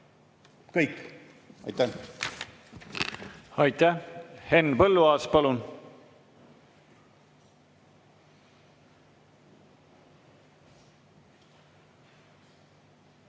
Kõik. Aitäh! Aitäh! Henn Põlluaas, palun!